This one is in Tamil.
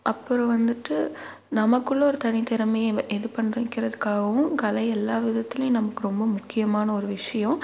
அப்புறோம் வந்துட்டு நமக்குள்ளே ஒரு தனி திறமையே நம்ம இது பண்ணுறோம் விற்கிறதுக்காகவும் கலை எல்லா விதத்திலியும் நமக்கு ரொம்ப முக்கியமான ஒரு விஷயோம்